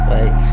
Wait